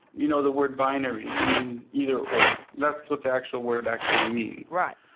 you know the word binary means either or. that's what the actual word actually means. right.